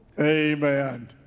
Amen